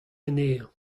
anezhañ